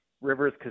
Rivers